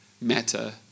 matter